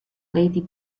lady